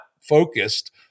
focused